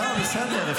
לא, בסדר.